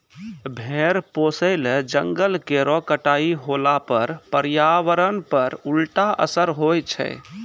भेड़ पोसय ल जंगल केरो कटाई होला पर पर्यावरण पर उल्टा असर होय छै